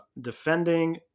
defending